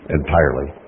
entirely